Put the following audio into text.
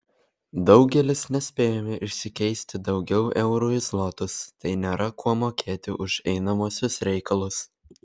daugelis nespėjome išsikeisti daugiau eurų į zlotus tai nėra kuo mokėti už einamuosius reikalus